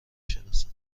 شناسم